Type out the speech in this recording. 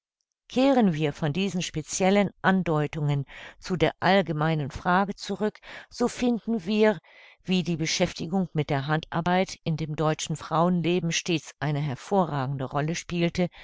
kehren wir von diesen speciellen andeutungen zu der allgemeinen frage zurück so finden wir wie die beschäftigung mit der handarbeit in dem deutschen frauenleben stets eine hervorragende rolle spielte